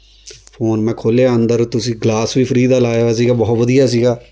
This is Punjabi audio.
ਫ਼ੋਨ ਮੈਂ ਖੋਲ੍ਹਿਆ ਅੰਦਰ ਤੁਸੀਂ ਗਲਾਸ ਵੀ ਫ੍ਰੀ ਦਾ ਲਾਇਆ ਹੋਇਆ ਸੀਗਾ ਬਹੁਤ ਵਧੀਆ ਸੀਗਾ